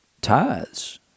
tithes